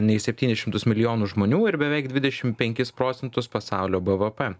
nei septynis šimtus milijonų žmonių ir beveik dvidešim penkis procentus pasaulio bvp